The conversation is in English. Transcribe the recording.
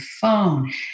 phone